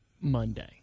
Monday